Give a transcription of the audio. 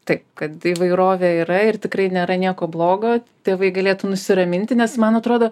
taip kad įvairovė yra ir tikrai nėra nieko blogo tėvai galėtų nusiraminti nes man atrodo